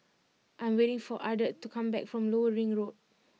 I am waiting for Ardeth to come back from Lower Ring Road